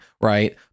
right